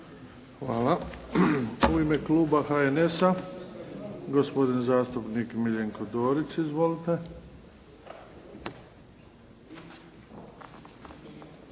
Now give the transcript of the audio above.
Hvala. U ime Kluba HNS-a, gospodin zastupnik Miljenko Dorić. Izvolite.